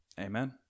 amen